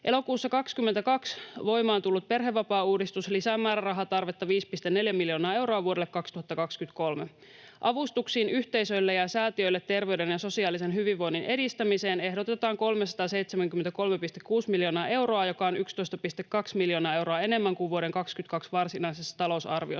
Elokuussa 22 voimaan tullut perhevapaauudistus lisää määrärahatarvetta 5,4 miljoonaa euroa vuodelle 2023. Avustuksiin yhteisöille ja säätiöille terveyden ja sosiaalisen hyvinvoinnin edistämiseen ehdotetaan 373,6 miljoonaa euroa, joka on 11,2 miljoonaa euroa enemmän kuin vuoden 22 varsinaisessa talousarviossa.